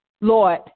Lord